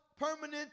permanent